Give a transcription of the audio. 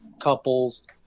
couples